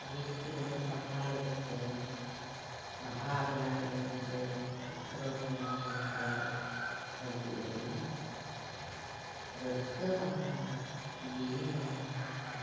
ᱵᱷᱤᱛ ᱯᱤᱸᱰᱟᱹ ᱥᱟᱯᱷᱟ ᱞᱟᱹᱜᱤᱫᱼᱛᱮ ᱵᱟᱦᱟ ᱵᱮᱱᱟᱣ ᱞᱟᱹᱜᱤᱫᱼᱛᱮ ᱪᱤᱛᱨᱚ ᱵᱮᱱᱟᱣ ᱞᱟᱹᱜᱤᱫᱼᱛᱮ ᱟᱹᱰᱤ ᱟᱹᱰᱤ ᱨᱟᱹᱥᱠᱟᱹ ᱛᱟᱦᱮᱱᱟ ᱡᱤᱣᱤ ᱦᱚᱲᱢᱚ ᱨᱮ